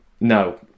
no